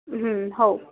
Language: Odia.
ହଉ